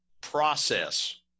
process